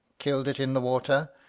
killed it in the water,